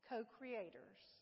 co-creators